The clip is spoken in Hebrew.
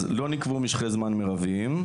אז לא נקבעו משכי זמן מרביים,